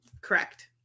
Correct